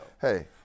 Hey